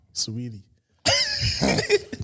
Sweetie